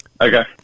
Okay